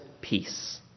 peace